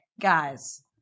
guys